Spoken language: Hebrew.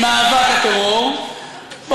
זה השר שעושה את עבודתו נאמנה, ואני מהאופוזיציה.